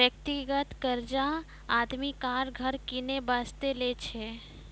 व्यक्तिगत कर्जा आदमी कार, घर किनै बासतें लै छै